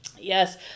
Yes